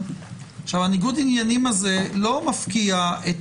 ניגוד העניינים הזה לא מפקיע את